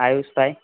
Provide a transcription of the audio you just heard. આયુષભાઈ